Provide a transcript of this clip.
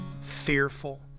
fearful